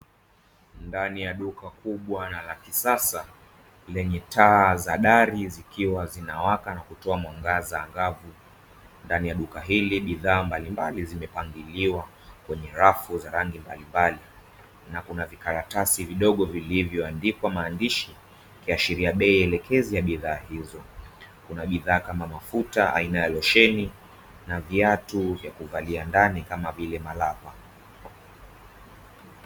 Ndani ya duka kubwa na la kisasa lenye taa za dari zikiwa zinawaka na kutoa mwangaza angavu, ndani ya duka hili bidhaa mbalimbali zimepangiliwa kwenye rafu za rangi mbali mbali na kuna vikaratasi vidogo vilivyoandikwa maandishi, ikiashiria bei elekezi ya bidhaa hizo kuna bidhaa kama mafuta aina ya losheni na viatu vya kuvalia ndani kama vile malapa.